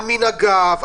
על מנהגיו,